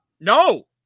No